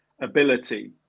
ability